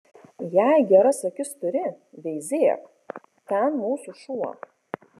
jei geras akis turi veizėk ten mūsų šuo